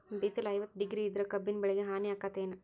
ಬಿಸಿಲ ಐವತ್ತ ಡಿಗ್ರಿ ಇದ್ರ ಕಬ್ಬಿನ ಬೆಳಿಗೆ ಹಾನಿ ಆಕೆತ್ತಿ ಏನ್?